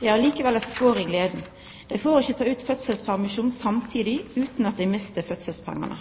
Det er allikevel et skår i gleden. De får ikke ta ut fødselspermisjon samtidig uten at de mister fødselspengene.